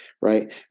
right